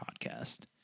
podcast